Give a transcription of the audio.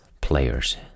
players